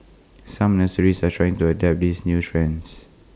some nurseries are trying to adapt these new trends